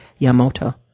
Yamoto